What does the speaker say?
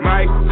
Mike